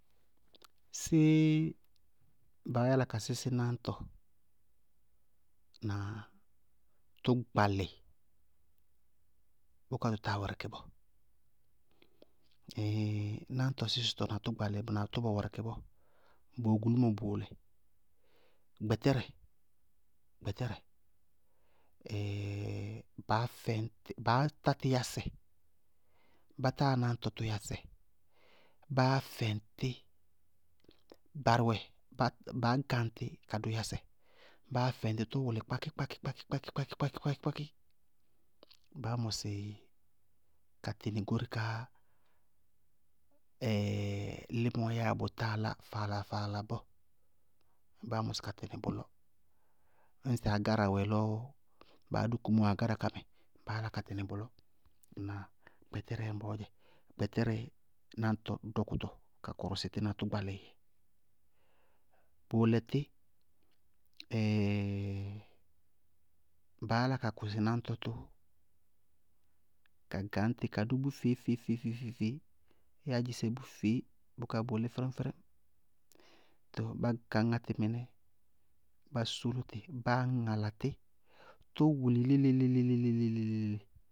Séé baá yála ka sísí náñtɔ na tʋ gbalɩ bʋká bʋ táa wɛrɛkɩ bɔɔ? náñtɔ sisɩtɔ na bʋ gbalɩ na bʋ bɛ wɛrɛkɩ bɔɔ, bʋwɛ gulúmo bʋʋlɛ: gbɛtɛrɛ, gbɛtɛrɛ baá fɛñ tɩ, baá tá tɩ yásɛ, bá táa náñtɔ tʋ yásɛ, báá fɛŋ tí, barɩ wɛ baá gáŋ tí ka dʋ yásɛ, báá fɩŋ tí tʋ wʋlɩ kpákí- kpákí- kpákí- kpákí-kpákí, báá mɔsɩ ka tɩnɩ goóre kaá límɔɔ yáa bʋ táa lá faala-faala bɔɔ, báá mɔsɩ ka tɩnɩ bʋlɔ. Ñŋsɩ agára wɛ lɔ baá dʋ kumóo agára ká mɛ, baá yála ka tɩnɩ bʋlɔ. na gbɛtɛrɛ ñbɔ, gbɛtɛrɛ náñtɔɔ dɔkʋtɔ ka kɔrɔsɩ bɔtí na tʋ gbalɩ. Bʋʋlɛ tí, baá yála ka kɔsɩ náñtɔ tʋ ka gañtí ka dʋ bʋ feé- feé- feé- feé- feé, yáádzisɛ bʋ feé bʋká bʋʋlí fíríŋ- fíríŋ. Too bá gañŋá tí mɩnɛ, báá sóló tɩ báá ŋala tɩ, too bʋʋlí leé- leé- leé- leé- leé.